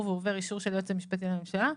ועובר אישור של היועץ המשפטי לממשלה,